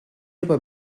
aber